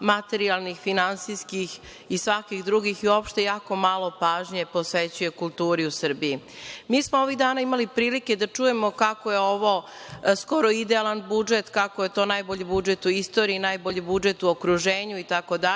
materijalnih, finansijskih i svakih drugih i uopšte jako malo pažnje posvećuje kulturi u Srbiji. Mi smo ovih dana imali prilike da čujemo kako je ovo skoro idealan budžet, kako je to najbolji budžet u istoriji, najbolji budžet u okruženju itd.